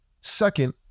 Second